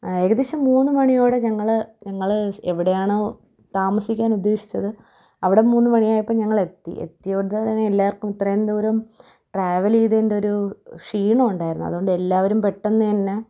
ഏകദേശം മൂന്ന് മണിയോടെ ഞങ്ങള് ഞങ്ങള് എവിടെയാണോ താമസിക്കാനുദ്ദേശിച്ചത് അവിടെ മൂന്ന് മണി ആയപ്പോള് ഞങ്ങള് എത്തി എത്തിയതോടെ തന്നെ എല്ലാവർക്കും ഇത്രയും ദൂരം ട്രാവലീതേൻ്റെ ഒരു ക്ഷീണമുണ്ടായിരുന്നു അതുകൊണ്ട് എല്ലാവരും പെട്ടെന്ന്തന്നെ